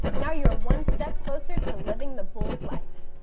now you're one step closer to living the bulls life!